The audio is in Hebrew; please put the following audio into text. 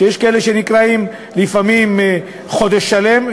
שיש כאלה שנקראים לפעמים לחודש שלם,